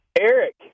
Eric